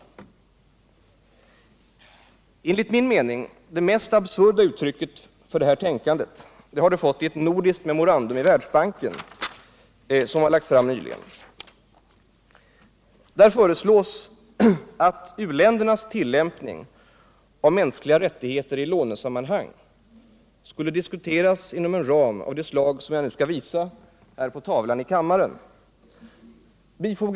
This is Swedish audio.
Det enligt min mening mest absurda uttrycket har det tänkandet fått i ett nordiskt memorandum i Världsbanken vilket har lagts fram nyligen. Där föreslogs att u-ländernas tillämpning av mänskliga rättigheter i lånesammanhang skulle diskuteras inom en ram av det slag som jag nu skall visa här på skärmen i kammaren.